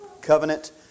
Covenant